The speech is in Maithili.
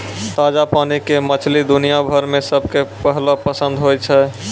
ताजा पानी के मछली दुनिया भर मॅ सबके पहलो पसंद होय छै